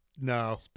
No